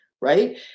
right